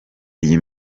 iyi